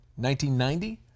1990